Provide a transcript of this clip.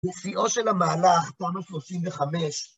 ‫בשיאו של המהלך, תמ"ה 35,